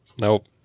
Nope